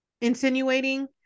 insinuating